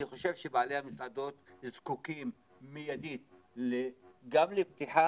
אני חושב שבעלי המסעדות זקוקים מיידית גם לפתיחה